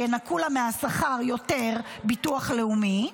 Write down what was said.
ינכו לה מהשכר יותר ביטוח לאומי,